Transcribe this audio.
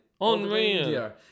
Unreal